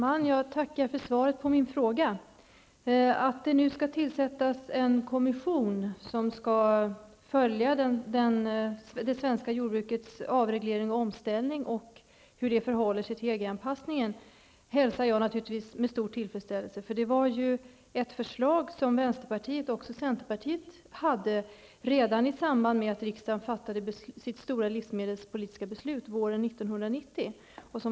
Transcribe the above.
Fru talman! Jag tackar för svaret på min fråga. Jag hälsar naturligtvis med stor tillfredsställelse att det nu skall tillsättas en kommission som skall följa det svenska jordbrukets avreglering och omställning samt hur detta förhåller sig till EG-anpassningen. Vänsterpartiet och även centerpartiet lade fram ett sådant förslag redan i samband med att riksdagen fattade sitt stora livsmedelspolitiska beslut våren 1990.